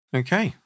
okay